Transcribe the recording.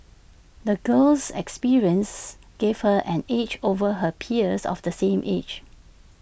the girl's experiences gave her an edge over her peers of the same age